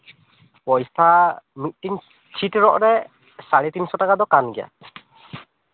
ᱯᱚᱭᱥᱟ ᱢᱤᱫᱴᱤᱱ ᱪᱷᱤᱴ ᱨᱚᱜ ᱨᱮ ᱥᱟᱲᱮ ᱛᱤᱱᱥᱚ ᱴᱟᱠᱟ ᱫᱚ ᱠᱟᱱ ᱜᱮᱭᱟ